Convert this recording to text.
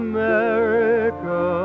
America